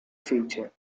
feature